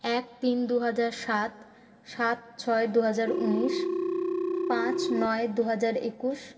এক তিন দুহাজার সাত সাত ছয় দুহাজার উনিশ পাঁচ নয় দুহাজার একুশ